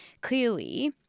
clearly